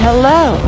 Hello